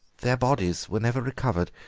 their bodies were never recovered.